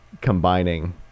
combining